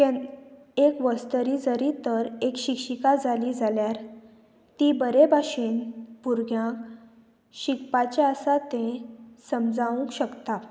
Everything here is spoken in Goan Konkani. केन्ना एक वस्तरी जरी तर एक शिक्षिका जाली जाल्यार ती बरें भाशेन भुरग्यांक शिकपाचें आसा तें समजावंक शकता